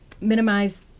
minimize